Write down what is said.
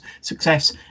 success